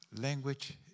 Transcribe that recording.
language